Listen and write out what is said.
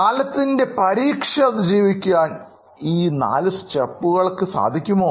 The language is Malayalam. കാലത്തിൻറെ പരീക്ഷ അതിജീവിക്കാൻ ഈ നാല് സ്റ്റെപ്പുകൾക്ക് സാധിക്കുമോ